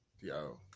yo